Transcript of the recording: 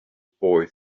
boy